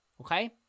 okay